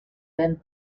den